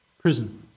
prison